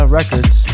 Records